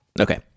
Okay